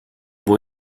bom